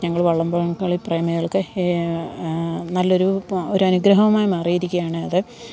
ഞങ്ങൾ വള്ളംകളി പ്രേമികൾക്ക് നല്ലൊരു ഒരു അനുഗ്രഹമായി മാറിയിരിക്കുകയാണത്